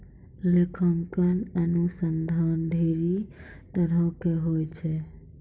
लेखांकन अनुसन्धान ढेरी तरहो के होय छै